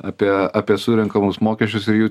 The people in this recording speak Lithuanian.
apie apie surenkamus mokesčius ir jų